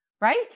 right